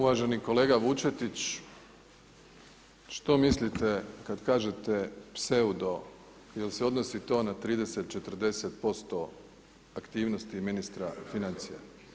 Uvaženi kolega Vučetić, što mislite kad kažete pseudo jel' se odnosi to na 30, 40% aktivnosti ministra financija.